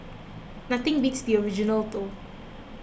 nothing beats the original though